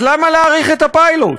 אז למה להאריך את הפיילוט?